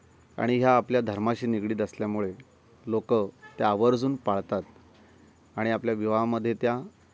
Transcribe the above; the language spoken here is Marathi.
आणि ह्या आपल्या धर्माशी निगडीत असल्यामुळे लोकं त्या आवर्जून पाळतात आणि आपल्या विवाहामध्ये त्या